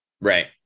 Right